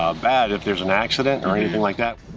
bad if there's an accident or anything like that.